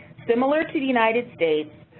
similar to the united states,